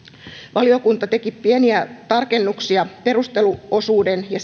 valiokunta teki pieniä tarkennuksia perusteluosuuteen ja